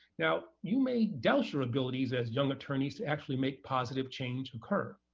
now, you may doubt your ability as as young attorneys to actually make positive change occur,